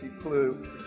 clue